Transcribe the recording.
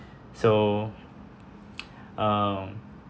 so uh